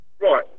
Right